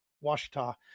Washita